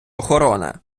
охорона